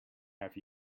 have